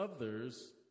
others